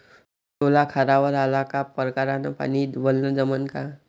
सोला खारावर आला का परकारं न पानी वलनं जमन का?